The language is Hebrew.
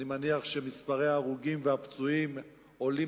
אני מניח שמספרי הפצועים וההרוגים עולים